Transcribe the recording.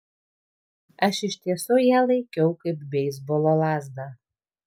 aš iš tiesų ją laikiau kaip beisbolo lazdą